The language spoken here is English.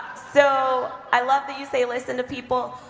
so, i love that you say listen to people,